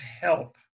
help